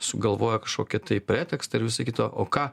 sugalvoja kažkokį pretekstą ir visa kita o ką